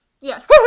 Yes